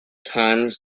times